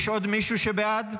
יש עוד מישהו שבעד?